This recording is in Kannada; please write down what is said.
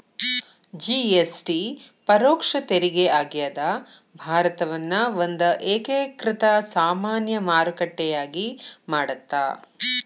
ಜಿ.ಎಸ್.ಟಿ ಪರೋಕ್ಷ ತೆರಿಗೆ ಆಗ್ಯಾದ ಭಾರತವನ್ನ ಒಂದ ಏಕೇಕೃತ ಸಾಮಾನ್ಯ ಮಾರುಕಟ್ಟೆಯಾಗಿ ಮಾಡತ್ತ